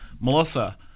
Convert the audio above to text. Melissa